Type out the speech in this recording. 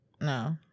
No